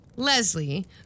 Leslie